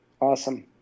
Awesome